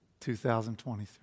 2023